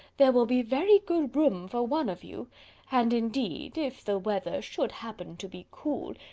there will be very good room for one of you and indeed, if the weather should happen to be cool,